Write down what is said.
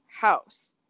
house